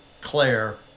Claire